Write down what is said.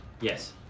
Yes